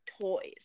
toys